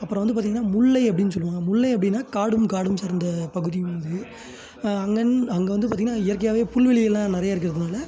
அப்புறம் வந்து பார்த்தீங்கன்னா முல்லை அப்படின்னு சொல்லுவாங்க முல்லை அப்படின்னா காடும் காடும் சார்ந்த பகுதி வருது அங்கே அங்கே வந்து பார்த்தீங்கன்னா இயற்கையாகவே புல்வெளிகளெலாம் நிறையா இருக்கிறதினால